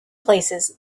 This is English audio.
places